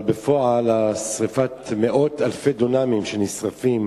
אבל בפועל, שרפת מאות אלפי דונמים בשרפות